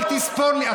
אל תספור לי,